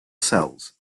cells